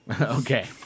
Okay